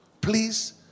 please